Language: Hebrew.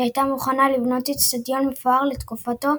והיא הייתה מוכנה לבנות אצטדיון מפואר לתקופתו,